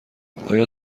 آیا